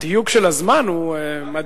הדיוק של הזמן הוא מדהים.